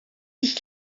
sich